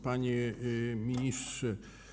Panie Ministrze!